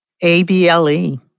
A-B-L-E